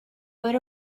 what